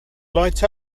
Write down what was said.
light